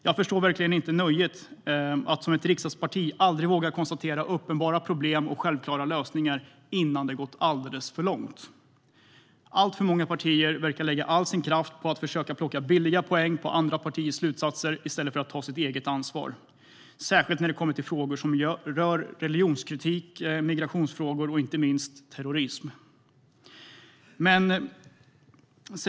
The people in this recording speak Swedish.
Jag förstår verkligen inte nöjet i att ett riksdagsparti aldrig vågar konstatera uppenbara problem och självklara lösningar innan det gått alldeles för långt. Alltför många partier verkar lägga all sin kraft på att försöka plocka billiga poäng på andra partiers slutsatser i stället för att ta sitt eget ansvar, särskilt när det kommer till frågor som rör religionskritik, migrationsfrågor och inte minst terrorism.